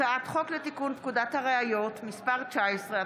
הצעת חוק לתיקון פקודת הראיות (מס' 19),